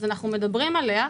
אז אנחנו מדברים עליה,